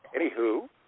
anywho